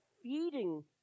feeding